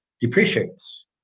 depreciates